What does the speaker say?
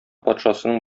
патшасының